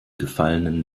gefallenen